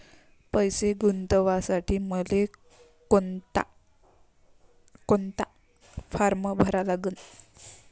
पैसे गुंतवासाठी मले कोंता फारम भरा लागन?